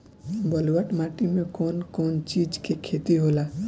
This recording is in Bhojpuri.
ब्लुअट माटी में कौन कौनचीज के खेती होला?